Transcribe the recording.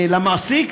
למעסיק,